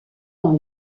dans